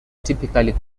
typically